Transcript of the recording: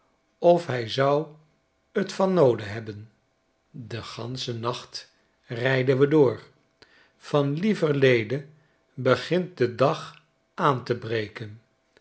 of hij zou t van noode hebben den ganschen nacht rijden we door van lieverlede begint de dag aan te breken